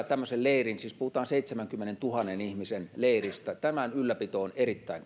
tämmöisen leirin tulevaisuusperspektiivi siis puhutaan seitsemänkymmenentuhannen ihmisen leiristä ja sen ylläpito on erittäin